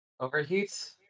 Overheats